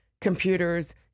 computers